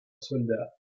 soldat